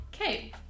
Okay